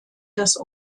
das